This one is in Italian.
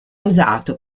usato